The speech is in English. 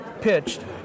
pitched